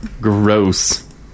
Gross